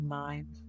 mind